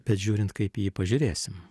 bet žiūrint kaip į jį pažiūrėsim